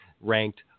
ranked